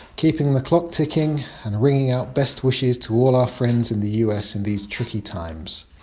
keeping the clock ticking and ringing out best wishes to all our friends in the u s. in these tricky times.